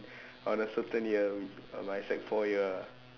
on a certain year which on my sec four year ah